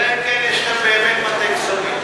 אלא אם כן יש לכם באמת מטה קסמים.